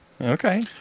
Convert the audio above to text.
Okay